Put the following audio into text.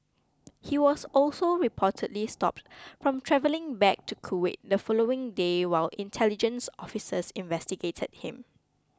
he was also reportedly stopped from travelling back to Kuwait the following day while intelligence officers investigated him